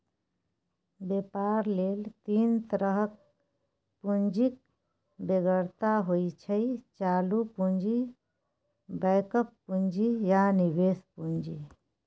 बेपार लेल तीन तरहक पुंजीक बेगरता होइ छै चालु पुंजी, बैकअप पुंजी आ निबेश पुंजी